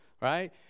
right